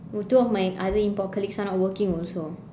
two of my other import colleagues are not working also